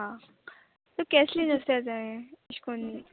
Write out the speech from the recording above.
आ सो कॅसलीज आसता तें एश्कोन्न